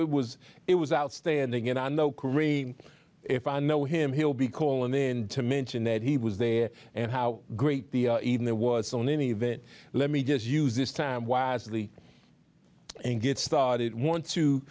it was it was outstanding and i know if i know him he'll be calling in to mention that he was there and how great the even there was on any of it let me just use this time wisely and get started want to